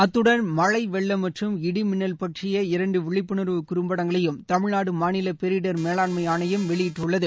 அத்துடன் மழை வெள்ளம் மற்றும் இடி மின்னல் பற்றிய இரண்டு விழிப்புணா்வு குறும்படங்களையும் தமிழ்நாடு பேரிடர் பேரிடர் மேலாண்மை ஆணையம் வெளியிட்டுள்ளது